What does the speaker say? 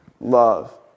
love